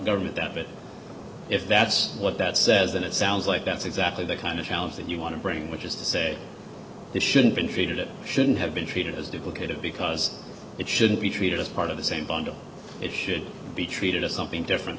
government that but if that's what that says then it sounds like that's exactly the kind of challenge that you want to bring which is to say this shouldn't been treated it shouldn't have been treated as duplicative because it shouldn't be treated as part of the same bundle it should be treated as something different